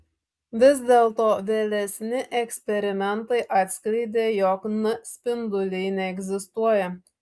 vis dėlto vėlesni eksperimentai atskleidė jog n spinduliai neegzistuoja